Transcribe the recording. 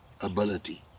ability